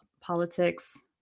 politics